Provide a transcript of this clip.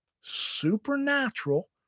supernatural